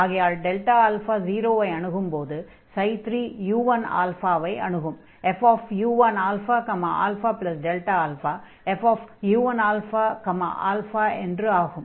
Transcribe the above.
ஆகையால் Δ α 0 ஐ அணுகும்போது 3 u1α ஐ அணுகும் fu1αα fu1αα என்று ஆகும்